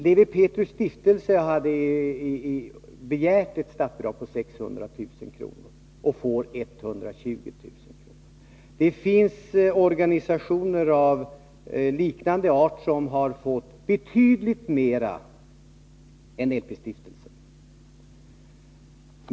Lewi Pethrus Stiftelse hade begärt ett statsbidrag på 600000 kr. och fick 120000 kr. Det finns organisationer av liknande art som fått betydligt mera än LP-stiftelsen.